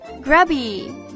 GRUBBY